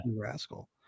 rascal